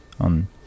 on